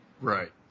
Right